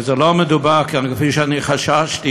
ולא מדובר, כפי שאני חששתי,